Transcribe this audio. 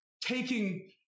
taking